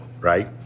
right